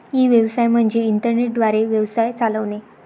E व्यवसाय म्हणजे internet द्वारे व्यवसाय चालवणे